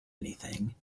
anything